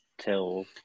till